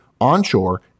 onshore